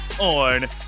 On